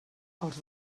els